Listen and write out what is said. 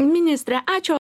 ministre ačiū